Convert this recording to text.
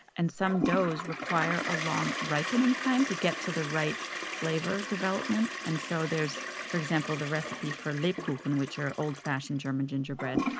and some doughs require a long ripening time to get to the right flavor development. and so for example, the recipe for lebkuchen, which are old-fashioned german gingerbread.